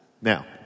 Now